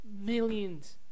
millions